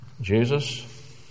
Jesus